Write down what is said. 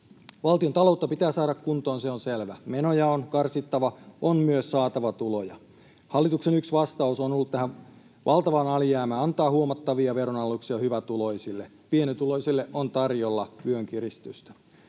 Valtiontaloutta pitää saada kuntoon, se on selvä. Menoja on karsittava. On myös saatava tuloja. Hallituksen yksi vastaus tähän valtavaan alijäämään on ollut antaa huomattavia veronalennuksia hyvätuloisille. Pienituloisille on tarjolla vyönkiristystä.